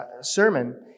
sermon